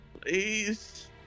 please